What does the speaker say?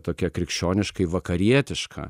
tokia krikščioniškai vakarietiška